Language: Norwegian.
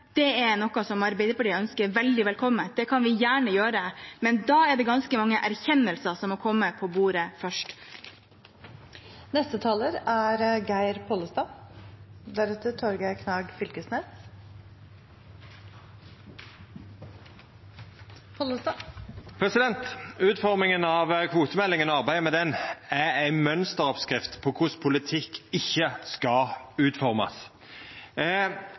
Det er noe Arbeiderpartiet ønsker veldig velkomment – det kan vi gjerne gjøre – men da er det ganske mange erkjennelser som må komme på bordet først. Utforminga av kvotemeldinga og arbeidet med ho er ei mønsteroppskrift på korleis politikk ikkje skal utformast.